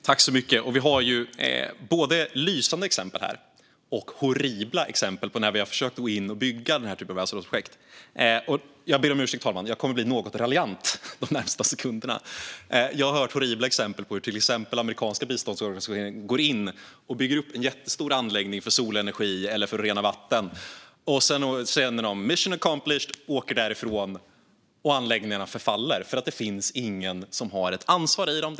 Herr talman! Det finns ju både lysande exempel och horribla exempel på när vi har försökt att gå in och bygga den här typen av projekt. Jag ber om ursäkt, herr talman, för att jag kommer att raljera något de kommande sekunderna. Jag har hört horribla exempel på hur till exempel amerikanska biståndsorganisationer går in och bygger upp en jättestor anläggning för solenergi eller för att rena vatten. Sedan säger de "Mission accomplished!" och åker därifrån, och anläggningarna förfaller eftersom det inte finns någon som har ansvaret.